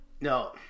No